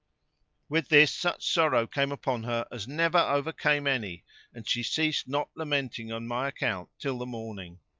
with this such sorrow came upon her as never overcame any and she ceased not lamenting on my account till the morning.